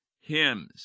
hymns